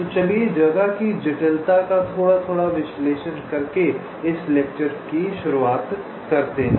तो चलिए जगह की जटिलता का थोड़ा थोड़ा विश्लेषण करके इस लेक्चर को शुरू करते हैं